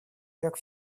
как